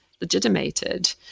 legitimated